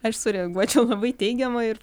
aš sureaguočiau labai teigiamai ir